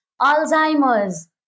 Alzheimer's